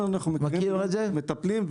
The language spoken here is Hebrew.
אנחנו מטפלים,